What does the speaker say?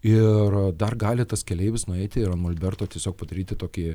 ir dar gali tas keleivis nueiti ir molberto tiesiog padaryti tokį